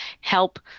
help